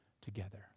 together